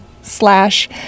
Slash